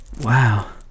Wow